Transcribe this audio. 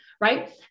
right